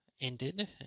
ended